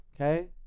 okay